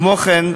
כמו כן,